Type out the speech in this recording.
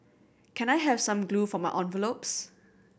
can I have some glue for my envelopes